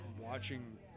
watching